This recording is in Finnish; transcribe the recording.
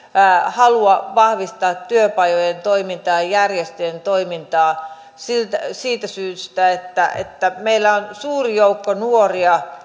halua vahvistaa työpajojen toimintaa ja järjestöjen toimintaa siitä siitä syystä että että meillä on suuri joukko nuoria